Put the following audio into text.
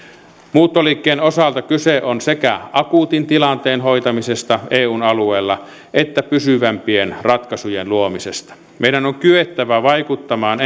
muuttoliikkeen osalta kyse on sekä akuutin tilanteen hoitamisesta eun alueella että pysyvämpien ratkaisujen luomisesta meidän on kyettävä vaikuttamaan